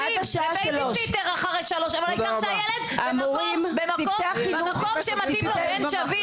זה בייביסיטר אחרי 15:00 אבל העיקר שהילד במקום שמתאים לו בין שווים.